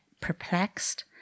Perplexed